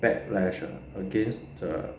backlash ah against the